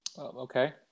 Okay